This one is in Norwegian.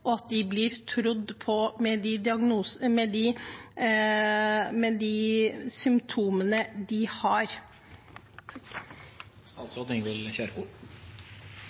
og at de blir trodd på med de symptomene de har. Personer med ME har